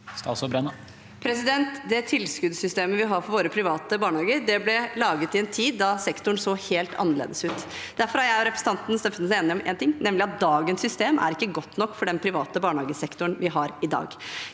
Tilskuddssys- temet vi har for våre private barnehager, ble laget i en tid da sektoren så helt annerledes ut. Derfor er jeg og representanten Steffensen enig om én ting, nemlig at dagens system ikke er godt nok for den private barnehagesektoren vi har i dag.